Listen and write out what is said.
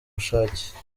bushake